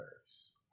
others